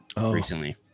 recently